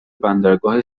بندرگاه